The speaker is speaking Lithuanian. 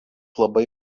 labai